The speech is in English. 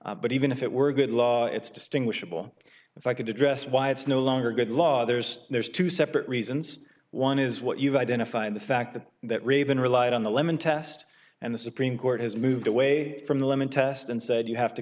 law but even if it were a good law it's distinguishable if i could address why it's no longer a good law there's there's two separate reasons one is what you've identified the fact that that raven relied on the lemon test and the supreme court has moved away from the lemon test and said you have to